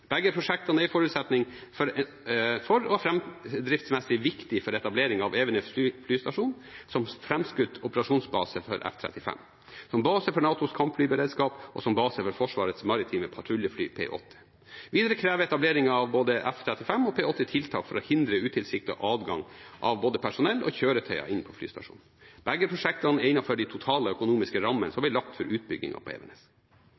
Begge prosjektene er en forutsetning for og framdriftsmessig viktig for etablering av Evenes flystasjon som framskutt operasjonsbase for F-35, som base for NATOs kampflyberedskap, og som base for Forsvarets maritime patruljefly, P-8. Videre krever etableringen av både F-35 og P-8 tiltak for å hindre utilsiktet adgang for både personell og kjøretøyer inn på flystasjonen. Begge prosjektene er innenfor de totale økonomiske rammene som ble lagt for utbyggingen på Evenes.